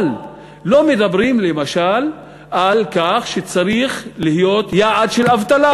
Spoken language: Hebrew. אבל לא מדברים למשל על כך שצריך להיות יעד של אבטלה.